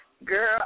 Girl